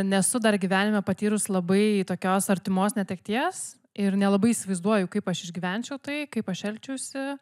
nesu dar gyvenime patyrus labai tokios artimos netekties ir nelabai įsivaizduoju kaip aš išgyvenčiau tai kaip aš elgčiausi